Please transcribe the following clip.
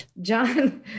John